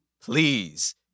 please